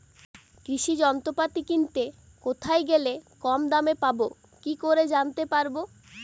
কৃষি যন্ত্রপাতি কিনতে কোথায় গেলে কম দামে পাব কি করে জানতে পারব?